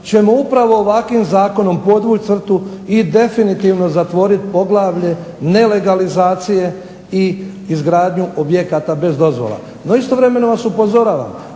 ćemo upravo ovakvim zakonom podvući crtu i definitivno zatvoriti poglavlje nelegalizacije i izgradnju objekata bez dozvola. No istovremeno vas upozoravam,